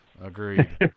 agreed